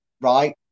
Right